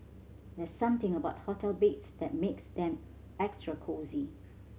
there's something about hotel beds that makes them extra cosy